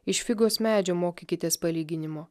iš figos medžio mokykitės palyginimo